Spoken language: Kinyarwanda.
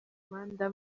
rwanda